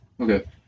Okay